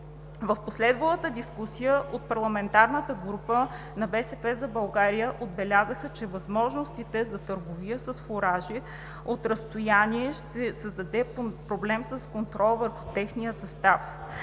В последвалата дискусия от парламентарната група на „БСП за България“ отбелязаха, че възможността за търговия с фуражи от разстояние ще създаде проблем с контрола върху техния състав,